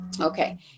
Okay